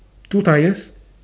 two tyres